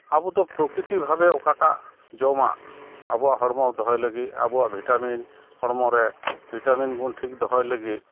ᱟᱵᱚᱫᱚ ᱯᱨᱚᱠᱤᱛᱤᱵᱷᱟᱵᱮ ᱚᱠᱟᱴᱟᱜ ᱡᱚᱢᱟᱜ ᱟᱵᱚᱣᱟᱜ ᱦᱚᱲᱢᱚ ᱫᱚᱦᱚᱭ ᱞᱟᱹᱜᱤᱫ ᱟᱵᱚᱣᱟᱜ ᱵᱷᱤᱴᱟᱢᱤᱱ ᱦᱚᱲᱢᱚᱨᱮ ᱵᱷᱤᱴᱟᱢᱤᱱ ᱜᱩᱱ ᱴᱷᱤᱠ ᱫᱚᱦᱚᱭ ᱞᱟᱹᱜᱤᱫ